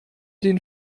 den